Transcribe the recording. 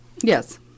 Yes